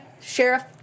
Sheriff